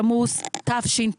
כ"ט בתמוז תשפ"ג,